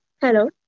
Hello